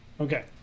Okay